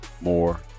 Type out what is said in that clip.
more